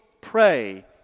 pray